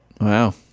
Wow